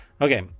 okay